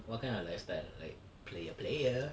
what kind of lifestyle like player player